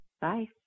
Bye